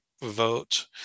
vote